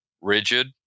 rigid